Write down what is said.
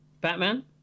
Batman